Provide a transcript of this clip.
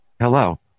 Hello